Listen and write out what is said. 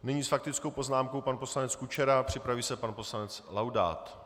Nyní s faktickou poznámkou pan poslanec Kučera, připraví se pan poslanec Laudát.